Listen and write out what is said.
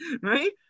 right